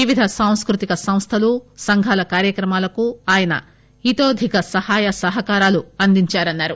వివిధ సాంస్కృతిక సంస్టలు సంఘాల కార్యక్రమాలకు ఆయన ఇతోధిక సహాయ సహకారాలు అందించారన్నారు